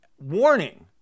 warning